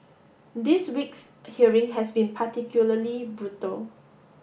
this week's hearing has been particularly brutal